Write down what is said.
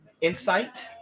insight